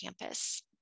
campus